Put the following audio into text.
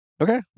Okay